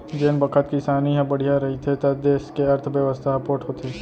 जेन बखत किसानी ह बड़िहा रहिथे त देस के अर्थबेवस्था ह पोठ होथे